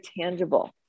tangible